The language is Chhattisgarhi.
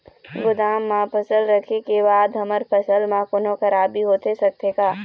गोदाम मा फसल रखें के बाद हमर फसल मा कोन्हों खराबी होथे सकथे का?